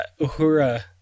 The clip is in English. Uhura